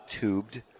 tubed